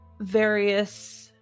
various